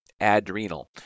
Adrenal